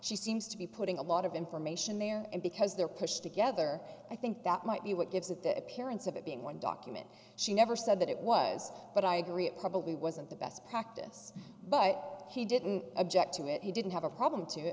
she seems to be putting a lot of information there and because they're pushed together i think that might be what gives it the appearance of it being one document she never said that it was but i agree it probably wasn't the best practice but he didn't object to it he didn't have a problem to